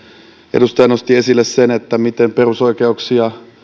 edustaja nosti esille sen miten perusoikeuksia